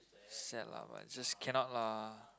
sad lah but just cannot lah